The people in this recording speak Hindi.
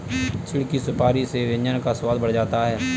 चिढ़ की सुपारी से व्यंजन का स्वाद बढ़ जाता है